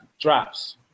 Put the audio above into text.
drops